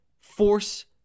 force